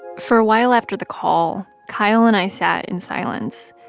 for a while after the call, kyle and i sat in silence,